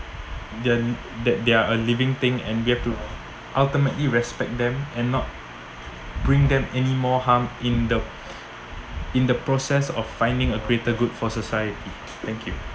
their l~ that they're living thing and they have to ultimately respect them and not bring them any more harm in the in the process of finding a greater good for society thank you